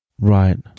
Right